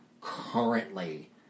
currently